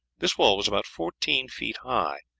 this was about fourteen feet high,